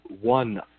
One